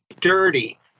dirty